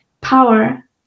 power